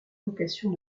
vocation